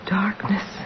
darkness